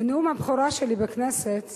בנאום הבכורה שלי בכנסת